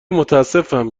متاسفم